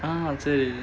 ah சரி:sari